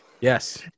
Yes